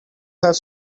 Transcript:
have